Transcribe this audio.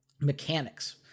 mechanics